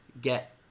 get